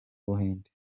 buhinde